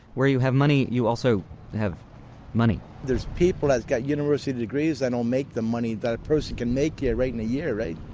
where you have money you also have money there's people that's got university degrees that don't make the money that a person can make here, right, in a year right?